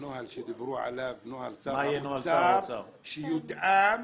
הנוהל שדיברו עליו, נוהל שר האוצר שיותאם